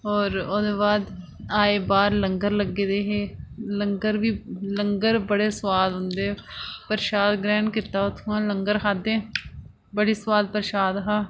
होर ओह्दे बाद आए बाहर लंगर लग्गे दे हे लंगर बी लंगर बड़े सोआद औंदे प्रशाद ग्रैह्ण कीता उत्थुआं लंगर खाद्धे बड़ी सोआद प्रशाद हा